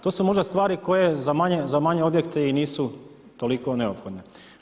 To su možda stvari koje za manje objekte i nisu toliko neophodne.